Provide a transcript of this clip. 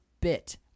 bit